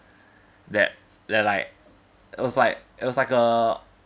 that that like it was like it was like a